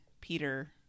Peter